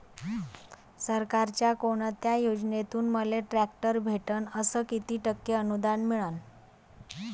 सरकारच्या कोनत्या योजनेतून मले ट्रॅक्टर भेटन अस किती टक्के अनुदान मिळन?